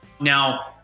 Now